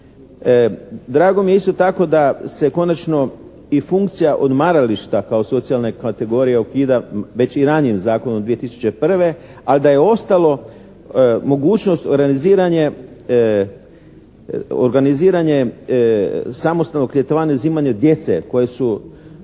Drago mi je isto tako da se konačno i funkcija odmarališta kao socijalne kategorije ukida već i ranijim zakonom 2001., ali da je ostalo mogućnost organiziranje samostalnog ljetovanja i zimovanja djece koje su